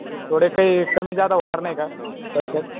sir थोडे काही कमी जादा होणार नाही का पैशात